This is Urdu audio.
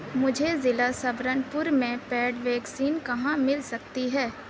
مجھے ضلع سبرن پور میں پیڈ ویکسین کہاں مل سکتی ہے